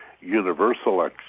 universal